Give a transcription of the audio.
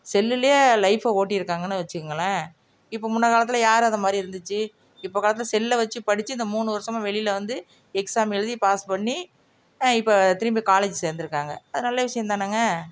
செல்லிலே லைஃபை ஓட்டியிருக்காங்கனு வெச்சுங்களேன் இப்போது முன்னே காலத்தில் யார் அதை மாதிரி இருந்துச்சு இப்போது காலத்தில் செல்லை வெச்சு படித்து இந்த மூணு வருஷமாக வெளியில் வந்து எக்ஸாம் எழுதி பாஸ் பண்ணி இப்போ திரும்பி காலேஜ் சேர்ந்துருக்காங்க அது நல்ல விஷயந்தானங்க